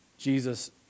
Jesus